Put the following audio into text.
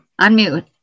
Unmute